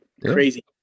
crazy